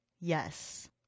yes